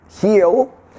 heal